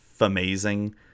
amazing